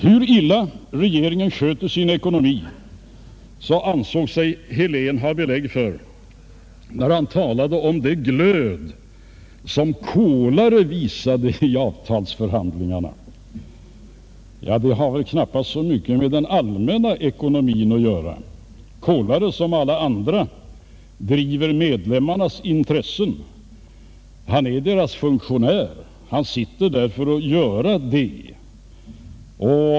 Hur illa regeringen sköter sin ekonomi ansåg sig herr Helén ha belägg för när han talade om den glöd som Kolare visade i avtalsförhandlingarna. Det har väl knappast så mycket med den allmänna ekonomin att göra. Kolare som alla andra arbetar för medlemmarnas intressen. Han är deras funktionär och är tillsatt för att göra detta.